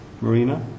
marina